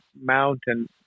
mountain